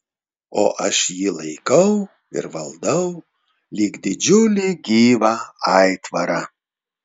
o aš jį laikau ir valdau lyg didžiulį gyvą aitvarą